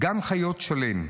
גן חיות שלם,